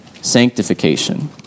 sanctification